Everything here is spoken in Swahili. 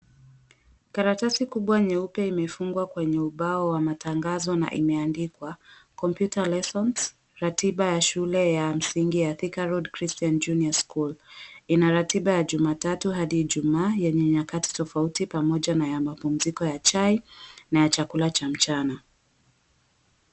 Karatasi kubwa nyeupe imefungwa kwenye ubao wa matangazo na imeandikwa Computer Lessons . Ratiba ya shule ya msingi ya Thika Road Christian Junior School. Ina ratiba ya jumatatu hadi ijumaa yenye nyakati tofauti pamoja na ya mapumziko ya chai na ya chakula cha mchana.